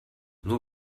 nur